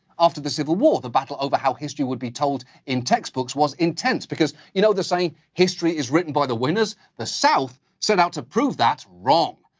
after the civil war, the battle over how history would be told in textbooks was intense. because, you know the saying, history is written by the winners? the south set out to prove that wrong.